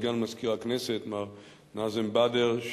סגן מזכיר הכנסת מר נאזם בדר,